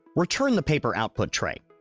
return the paper output tray.